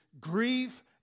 grief